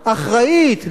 אחראית,